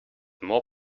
more